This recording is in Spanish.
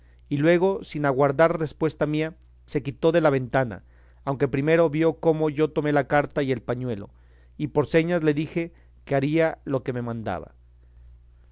y luego sin aguardar respuesta mía se quitó de la ventana aunque primero vio cómo yo tomé la carta y el pañuelo y por señas le dije que haría lo que me mandaba